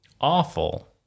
Awful